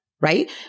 right